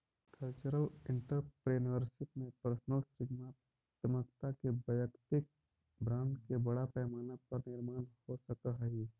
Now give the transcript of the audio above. cultural entrepreneurship में personal सृजनात्मकता के वैयक्तिक ब्रांड के बड़ा पैमाना पर निर्माण हो सकऽ हई